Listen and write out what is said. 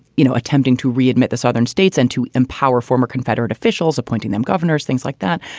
you know, attempting to readmit the southern states and to empower former confederate officials, appointing them governors, things like that.